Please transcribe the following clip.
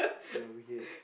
you're weird